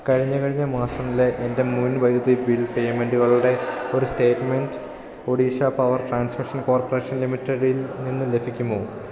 കഴിഞ്ഞ കഴിഞ്ഞ മാസംലെ എൻ്റെ മുൻ വൈദ്യുതി ബിൽ പേയ്മെൻ്റുകളുടെ ഒരു statement Odisha power transmission corporation ലിമിറ്റഡിൽനിന്ന് ലഭിക്കുമോ